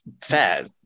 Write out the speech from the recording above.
fair